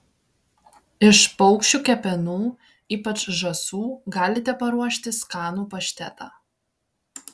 iš paukščių kepenų ypač žąsų galite paruošti skanų paštetą